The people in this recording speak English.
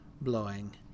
blowing